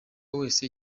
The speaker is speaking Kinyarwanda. wese